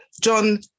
John